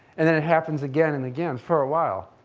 and then it happens again and again, for a while,